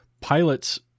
pilots